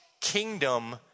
kingdom